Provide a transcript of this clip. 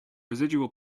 residual